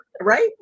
right